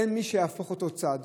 אין מי שיהפוך אותו צד,